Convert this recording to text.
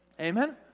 Amen